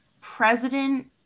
president